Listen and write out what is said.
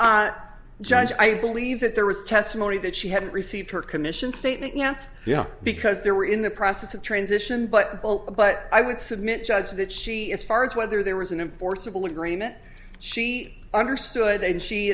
judge i believe that there was testimony that she hadn't received her commission statement yet yeah because there were in the process of transition but but i would submit judge that she as far as whether there was an enforceable agreement she understood the